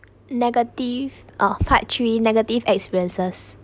negative oh part three negative experiences